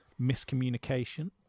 miscommunication